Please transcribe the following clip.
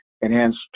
enhanced